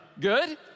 Good